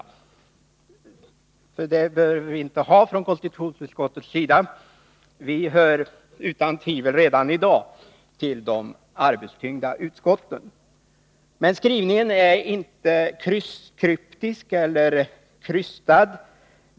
Konstitutionsutskottet behöver inte ägna sig åt någon sådan, därför att utskottet tillhör redan i dag de mest arbetstyngda. Skrivningen i betänkandet är varken kryptisk eller krystad.